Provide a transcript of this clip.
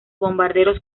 bombarderos